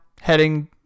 heading